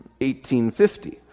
1850